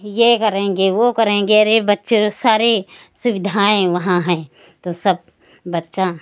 ये करेंगे वो करेंगे अरे बच्चों सारी सुविधाएं वहाँ हैं तो सब बच्चा